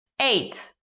Eight